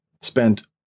spent